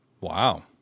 Wow